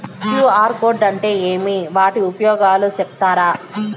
QR code అంటే ఏమి వాటి ఉపయోగాలు సెప్తారా?